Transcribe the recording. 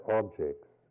objects